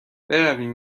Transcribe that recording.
برویم